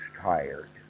tired